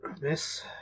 miss